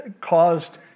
caused